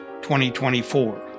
2024